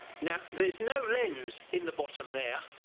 now there's no lens in the bottom there